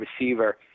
receiver